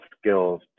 skills